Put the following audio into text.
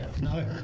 No